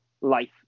life